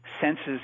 senses